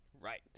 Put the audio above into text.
Right